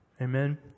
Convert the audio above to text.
Amen